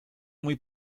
muy